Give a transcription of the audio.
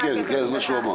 אני סבור שיש כמה העברות,